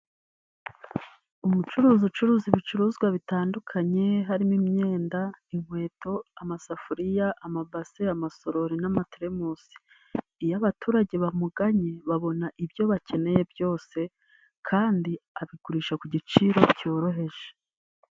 Umucuruzi ucuruza ibicuruzwa bitandukanye harimo imyenda, inkweto, amasafuriya, amabase, amasorori n'amatelemusi, iyo abaturage bamugannye babona ibyo bakeneye byose, kandi abigurisha ku giciro cyoroheje.